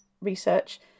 research